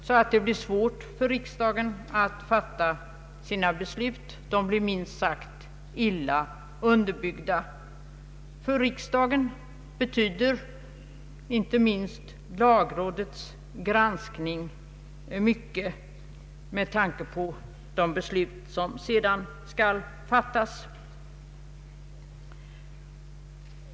Det kan bli svårt för riksdagen att fatta sina beslut, som blir minst sagt illa underbyggda. För riksdagen betyder inte minst lagrådets granskning mycket, med tanke på de beslut som riksdagen därefter skall fatta.